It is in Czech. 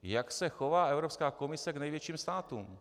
Jak se chová Evropská komise k největším státům.